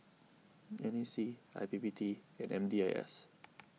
N A C I P P T and M D I S